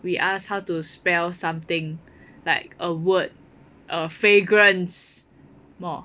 we ask how to spell something like a word a fragrance more